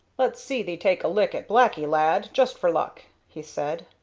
let's see thee take a lick at blacky, lad, just for luck, he said.